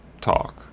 talk